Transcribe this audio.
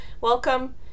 welcome